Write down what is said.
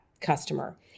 customer